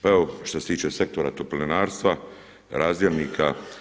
Pa evo što se tiče Sektora toplinarstva, razdjelnika.